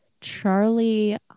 Charlie